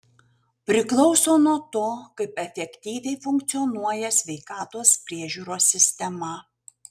priklauso nuo to kaip efektyviai funkcionuoja sveikatos priežiūros sistema